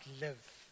live